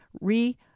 re